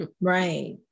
Right